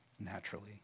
Naturally